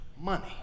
money